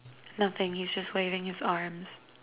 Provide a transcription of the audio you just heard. nothing he's just waving his arms